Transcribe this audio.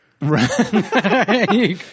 Right